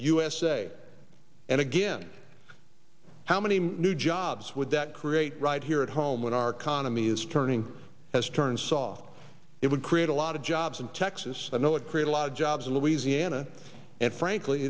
usa and again how many new jobs would that create right here at home when our condo me is turning has turned soft it would create a lot of jobs in texas i know it create a lot of jobs in the louisiana and frankly